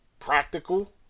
Practical